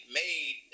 made